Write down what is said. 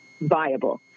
viable